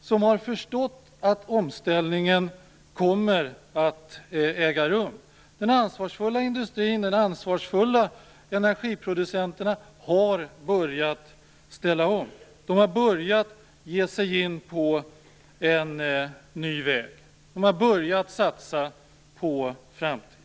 som har förstått att omställningen kommer att äga rum. Den ansvarsfulla industrin och de ansvarsfulla energiproducenterna har börjat ställa om. De har börjat ge sig in på en ny väg och börjat satsa på framtiden.